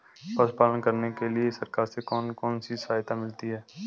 पशु पालन करने के लिए सरकार से कौन कौन सी सहायता मिलती है